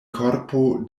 korpo